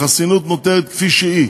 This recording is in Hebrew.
החסינות נותרת כפי שהיא.